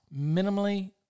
minimally